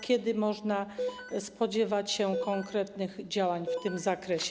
Kiedy można spodziewać się konkretnych działań w tym zakresie?